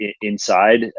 inside